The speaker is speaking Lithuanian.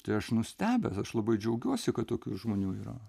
tai aš nustebęs aš labai džiaugiuosi kad tokių žmonių yra